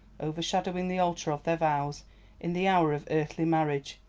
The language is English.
overshadowing the altar of their vows in the hour of earthly marriage,